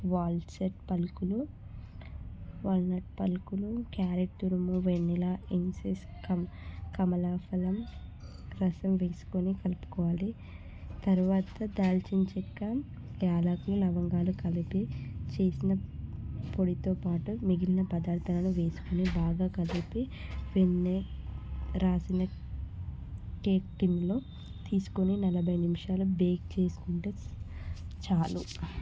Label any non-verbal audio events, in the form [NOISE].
wall సెట్ పలుకులు walnut పలుకులు క్యారెట్ తురుము వెన్నెల ఇన్సెస్ కం కమలాఫలం రసం తీసుకొని కలుపుకోవాలి తర్వాత దాల్చిన చెక్క యాలకులు లవంగాలు కలిపి చేసిన పొడితో పాటు మిగిలిన పదార్థాలను వేసుకొని బాగా కలిపి వెన్నె రాసిన [UNINTELLIGIBLE] తీసుకొని నలభై నిమిషాలు బేక్ చేసుకుంటే చాలు